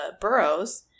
boroughs